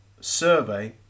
survey